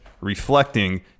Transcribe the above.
reflecting